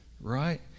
right